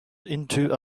into